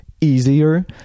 easier